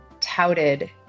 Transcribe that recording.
touted